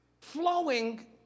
flowing